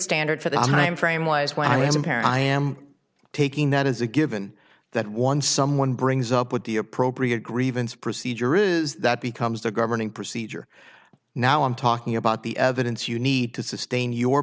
standard for the time frame was when i was in paris i am taking that as a given that one someone brings up with the appropriate grievance procedure is that becomes the governing procedure now i'm talking about the evidence you need to sustain your